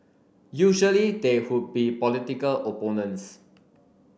usually they would be political opponents